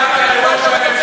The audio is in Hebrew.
על מה אתה מדבר?